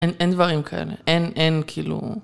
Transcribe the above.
אין דברים כאלה. אין, אין, כאילו.